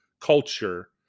culture